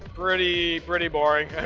pretty, pretty boring.